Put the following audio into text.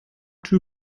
too